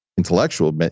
Intellectual